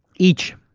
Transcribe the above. each.